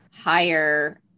higher